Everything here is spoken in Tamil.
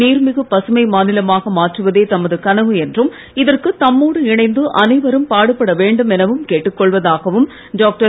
நீர்மிகு பசுமை மாநிலமாக மாற்றுவதே தமது கனவு என்றும் இதற்கு தம்மோடு இணைந்து அனைவரும் பாடுபட வேண்டும் எனக் கேட்டுக் கொள்வதாகவும் டாக்டர்